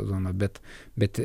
zoną bet bet